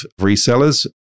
resellers